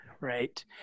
Right